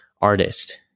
artist